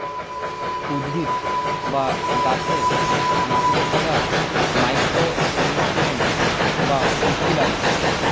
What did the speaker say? উদ্ভিদ বা গাছে মাটিতে থাকা মাইক্রো নিউট্রিয়েন্টস বা পুষ্টি লাগে